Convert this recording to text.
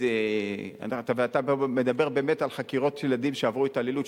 אתה מדבר על חקירת ילדים שעברו התעללות,